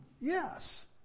Yes